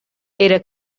era